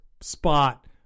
spot